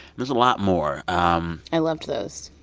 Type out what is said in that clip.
there's a lot more um i loved those.